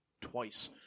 twice